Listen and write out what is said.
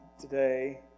today